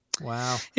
Wow